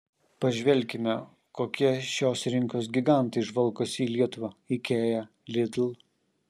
pažvelkime kokie šios rinkos gigantai žvalgosi į lietuvą ikea lidl